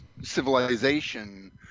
civilization